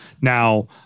Now